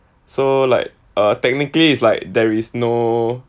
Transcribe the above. so like uh technically it's like there is no